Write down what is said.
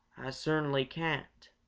ah cert'nly can't!